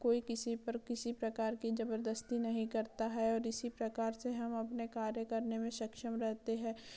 कोई किसी पर किसी प्रकार की जबरदस्ती नहीं करता है और इसी प्रकार से हम अपने कार्य करने में सक्षम रहते हैं